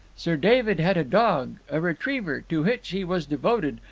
sir david had a dog, a retriever, to which he was devoted,